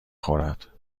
خورد